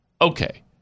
Okay